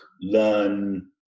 learn